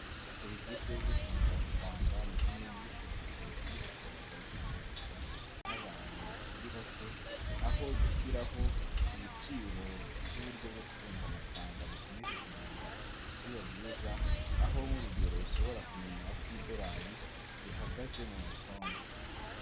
Serivise z'ivunjafaranga ni zimwe muri serivisi zikomeje kugenda zitabirwa n'abantu batari bake, aho gushyiraho ibiciro by'uburyo bwo kuvunja amafaranga bikomeje kugenda biba byiza, aho nk'urugero ushobora kumenya uko idolari rihagaze mu mapawundi.